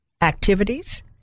activities